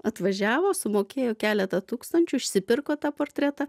atvažiavo sumokėjo keletą tūkstančių išsipirko tą portretą